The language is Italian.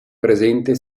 presente